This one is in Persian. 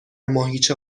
ماهیچه